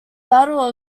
battle